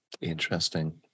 Interesting